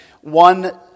one